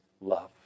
love